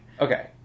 Okay